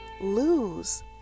lose